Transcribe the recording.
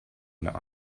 and